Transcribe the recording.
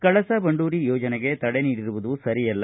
ಕಳಸಾ ಬಂಡೂರಿ ಯೋಜನೆಗೆ ತಡೆ ನೀಡಿರುವುದು ಸರಿಯಲ್ಲ